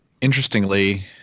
Interestingly